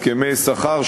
הסכמי שכר,